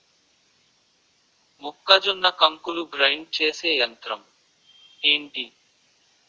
మొక్కజొన్న కంకులు గ్రైండ్ చేసే యంత్రం ఏంటి?